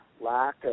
Lack